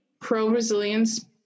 pro-resilience